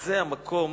זה המקום